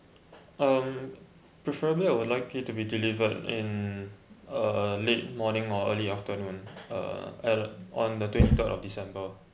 um preferably I would like it to be delivered in a late morning or early afternoon uh and on the twenty third of december